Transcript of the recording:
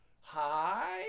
Hi